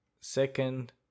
Second